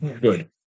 Good